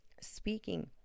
speaking